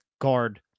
guard